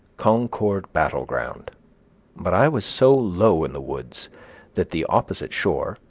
concord battle ground but i was so low in the woods that the opposite shore,